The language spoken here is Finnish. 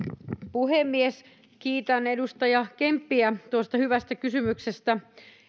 puhemies kiitän edustaja kemppiä tuosta hyvästä kysymyksestä